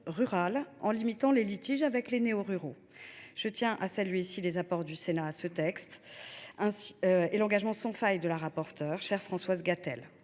de limiter les litiges avec les néoruraux. Je tiens à saluer les apports du Sénat et l’engagement sans faille de la rapporteure – chère Françoise Gatel.